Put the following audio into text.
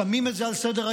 שמים את זה על סדר-היום.